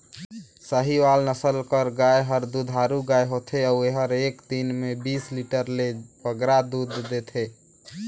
साहीवाल नसल कर गाय हर दुधारू गाय होथे अउ एहर एक दिन में बीस लीटर ले बगरा दूद देथे